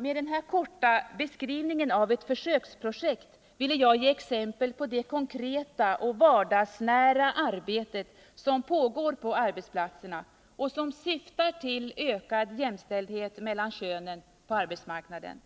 Med denna korta beskrivning av ett försöksprojekt ville jag ge exempel på det konkreta och vardagsnära arbete som pågår på arbetsplatserna och som syftar till ökad jämställdhet mellan könen på arbetsmarknaden.